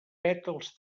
pètals